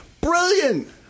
Brilliant